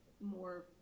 more